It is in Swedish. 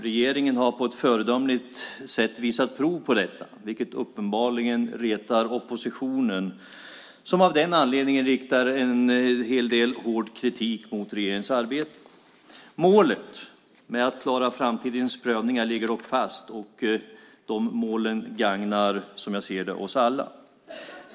Regeringen har på ett föredömligt sätt visat prov på detta, vilket uppenbarligen retar oppositionen, som av den anledningen riktar en hel del hård kritik mot regeringens arbete. Målet att klara framtidens prövningar ligger dock fast, och de målen gagnar, som jag ser det, oss alla.